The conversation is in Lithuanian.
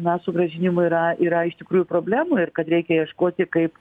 na su grąžinimu yra yra iš tikrųjų problemų ir kad reikia ieškoti kaip